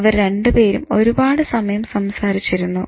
അവർ രണ്ടുപേരും ഒരുപാട് സമയം സംസാരിച്ചിരുന്നു